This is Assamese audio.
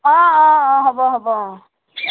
অঁ অঁ অঁ হ'ব হ'ব অঁ